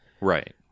Right